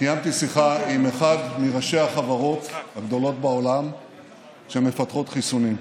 קיימתי שיחה עם אחד מראשי החברות הגדולות בעולם שמפתחות חיסונים.